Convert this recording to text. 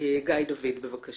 גיא דוד בבקשה.